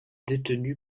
détenu